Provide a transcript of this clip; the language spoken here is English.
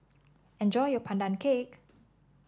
enjoy your Pandan Cake